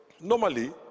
normally